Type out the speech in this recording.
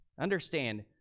Understand